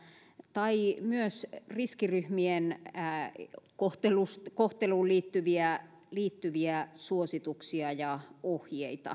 tai myös riskiryhmien kohteluun kohteluun liittyviä liittyviä suosituksia ja ohjeita